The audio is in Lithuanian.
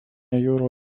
jūrų